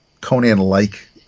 Conan-like